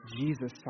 Jesus